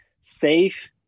safe